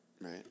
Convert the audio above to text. Right